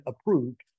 approved